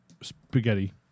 spaghetti